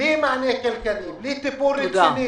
אין מענה כלכלי ואין טיפול רציני.